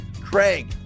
Craig